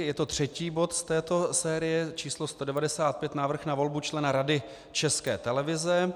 Je to třetí bod z této série, číslo 195, návrh na volbu člena Rady České televize.